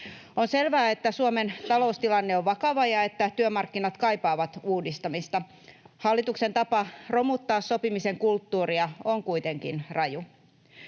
On selvää, että Suomen taloustilanne on vakava ja että työmarkkinat kaipaavat uudistamista. Hallituksen tapa romuttaa sopimisen kulttuuria on kuitenkin raju.